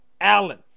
Allen